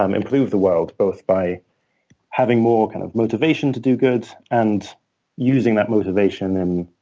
um improve the world, both by having more kind of motivation to do good, and using that motivation in